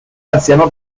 anciano